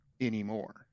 anymore